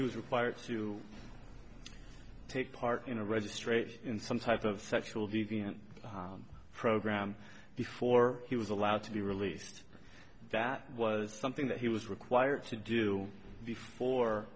he was required to take part in a registration in some type of sexual deviant program before he was allowed to be released that was something that he was required to deal before